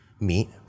meet